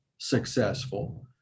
successful